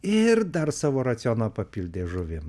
ir dar savo racioną papildė žuvį